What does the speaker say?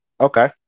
Okay